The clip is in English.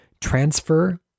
transfer